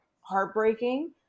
heartbreaking